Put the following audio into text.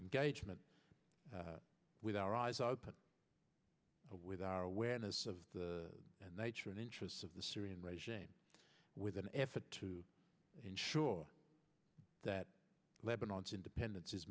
engagement with our eyes open with our awareness of the nature and interests of the syrian regime with an effort to ensure that lebanon's independence